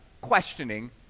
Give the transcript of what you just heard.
questioning